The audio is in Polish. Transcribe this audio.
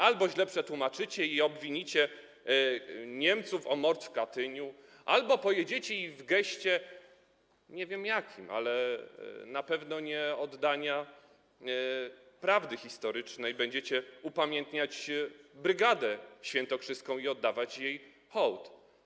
Albo źle przetłumaczycie i obwinicie Niemców o mord w Katyniu, albo pojedziecie i w geście nie wiem jakim, ale na pewno nie oddania prawdy historycznej, będziecie upamiętniać Brygadę Świętokrzyską i oddawać jej hołd.